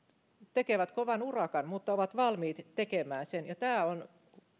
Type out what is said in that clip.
tekevät kovan urakan mutta ovat valmiit tekemään sen ja tämä on